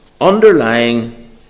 Underlying